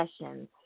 Sessions